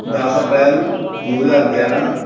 ਦਸ ਅਪ੍ਰੈਲ ਦੋ ਹਜ਼ਾਰ ਗਿਆਰਾਂ